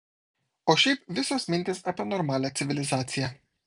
o šiaip visos mintys apie normalią civilizaciją